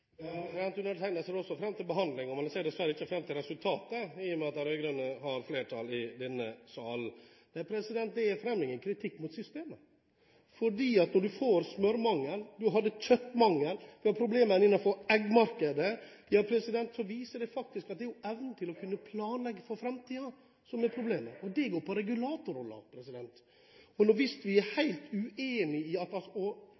ser også fram til behandlingen, men jeg ser dessverre ikke fram til resultatet, i og med at de rød-grønne har flertall i denne sal. Jeg fremmer ingen kritikk mot systemet. For når man får smørmangel, når man hadde kjøttmangel og man har problemer innenfor eggmarkedet, ja, så viser det at det er evnen til å kunne planlegge for framtiden som er problemet. Det går på